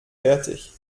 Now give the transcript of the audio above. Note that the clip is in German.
fertig